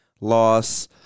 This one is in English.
loss